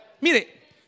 Mire